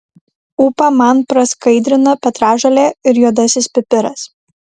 ūpą man praskaidrina petražolė ir juodasis pipiras